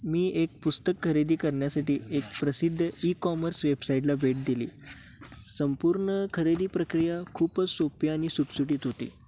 मी एक पुस्तक खरेदी करण्यासाठी एक प्रसिद्ध ई कॉमर्स वेबसाईटला भेट दिली संपूर्ण खरेदी प्रक्रिया खूपच सोपी आणि सुटसुटित होती